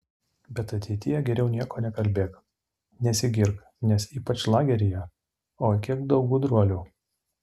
bet ateityje geriau nieko nekalbėk nesigirk nes ypač lageryje oi kiek daug gudruolių